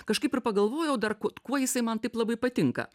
kažkaip ir pagalvojau dar kuo kuo jisai man taip labai patinka